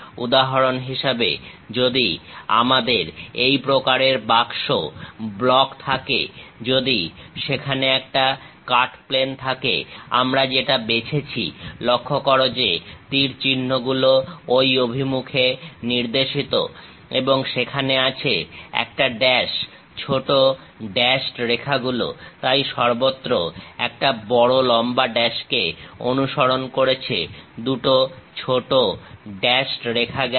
উদাহরণ হিসাবে যদি আমাদের এই প্রকারের বাক্স ব্লক থাকে যদি সেখানে একটা কাট প্লেন থাকে আমরা যেটা বেছেছি লক্ষ্য করো যে তীর চিহ্ন গুলো ঐ অভিমুখে নির্দেশিত এবং সেখানে আছে একটা ড্যাশ ছোট ড্যাশড রেখা গুলো তাই সর্বত্র একটা বড় লম্বা ড্যাশকে অনুসরণ করেছে দুটো ছোট ড্যাশড রেখা গেছে